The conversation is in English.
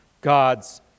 God's